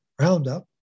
Roundup